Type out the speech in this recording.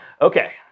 Okay